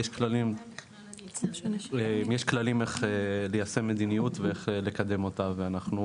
יש כללים איך ליישם מדיניות ואיך לקדם אותה ואנחנו